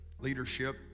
leadership